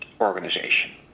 organization